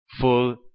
Full